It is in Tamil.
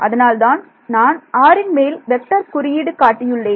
அதனால்தான் நான் 'r' ன் மேல் வெக்டர் குறியீடு காட்டியுள்ளேன்